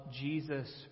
Jesus